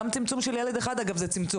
דרך אגב, גם צמצום של ילד אחד זה צמצום.